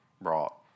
brought